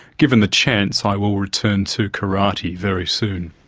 given the chance, i will return to karate very soon.